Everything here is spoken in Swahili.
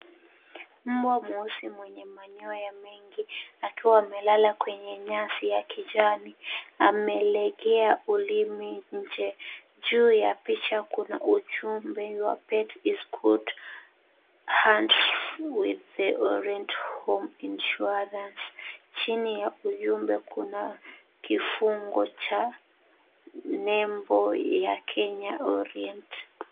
Mbwa mweusi mwenye manyoya mengi akiwa amelala kwenye nyasi ya kijani. Amelegea ulimi nje. Juu ya picha kuna ujumbe wa pet is in good hands with orient home insuarance . Chini ya ujumbe kuna kifungo cha nembo ya Kenya Orient.